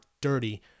dirty